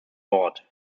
wort